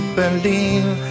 believe